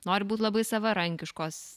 nori būt labai savarankiškos